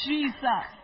Jesus